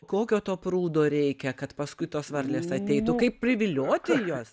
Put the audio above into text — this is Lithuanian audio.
kokio to prūdo reikia kad paskui tos varlės ateitų kaip privilioti jas